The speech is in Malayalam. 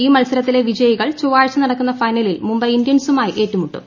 ഈ മത്സരത്തിലെ വിജയികൾ ചൊവ്വാഴ്ച നടക്കുന്ന ഫൈനലിൽ മുംബൈ ഇന്ത്യൻസുമായി ഏറ്റുമുട്ടും